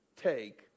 take